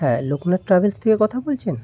হ্যাঁ লোকনাথ ট্রাভেলস থেকে কথা বলছেন